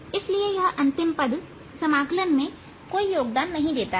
इसलिए यह अंतिम पद समाकलन में कोई योगदान नहीं देता है